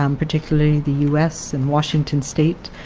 um particularly the us and washington state,